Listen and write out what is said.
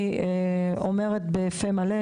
אני אומרת בפה מלא,